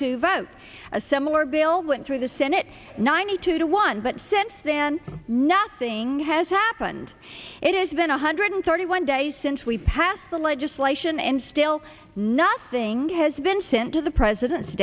two vote a similar bill went through the senate ninety two to one but since then nothing has happened it has been a hundred and thirty one days since we passed the legislation and still nothing has been sent to the president's